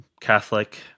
Catholic